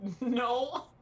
No